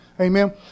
Amen